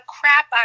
crap